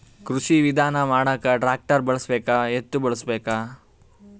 ಕೃಷಿ ವಿಧಾನ ಮಾಡಾಕ ಟ್ಟ್ರ್ಯಾಕ್ಟರ್ ಬಳಸಬೇಕ, ಎತ್ತು ಬಳಸಬೇಕ?